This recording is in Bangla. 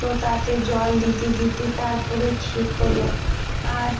তো তাতে জল দিতে দিতে তার পরে ঠিক হলো আর